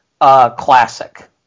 classic